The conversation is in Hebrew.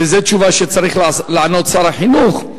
וזו תשובה שצריך לענות שר החינוך,